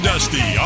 Dusty